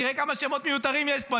תראה כמה שמות מיותרים יש פה.